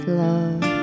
love